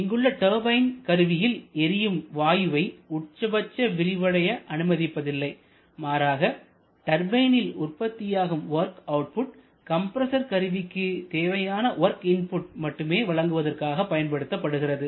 இங்கு உள்ள டர்பைன் கருவியில் எரியும் வாயுவை உச்சபட்ச விரிவடைய அனுமதிப்பதில்லை மாறாக டர்பைனில் உற்பத்தியாகும் வொர்க் அவுட்புட் கம்ப்ரஸர் கருவிக்கு தேவையான வொர்க் இன்புட் மட்டும் வழங்குவதற்காக பயன்படுத்தப்படுகிறது